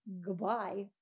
Goodbye